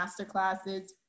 masterclasses